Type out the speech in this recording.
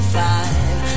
five